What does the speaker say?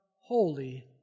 Holy